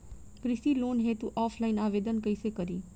कृषि लोन हेतू ऑफलाइन आवेदन कइसे करि?